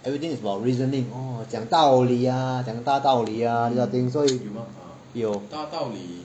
everything is about reasoning orh 讲道理呀讲大道理呀给他听有